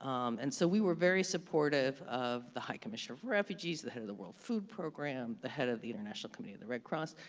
um and so we were very supportive of the high commissioner for refugees, the head of the world food program, the head of the international committee of the red cross,